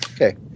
Okay